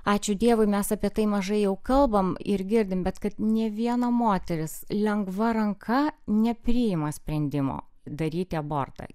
ačiū dievui mes apie tai mažai jau kalbam ir girdim bet kad nė viena moteris lengva ranka nepriima sprendimo daryti abortą